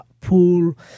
pool